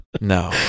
No